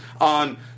on